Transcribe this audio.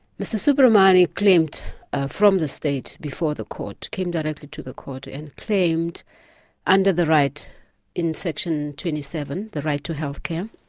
mr soobramoney claimed from the state before the court, came directly to the court and claimed under the right in section twenty seven, the right to healthcare,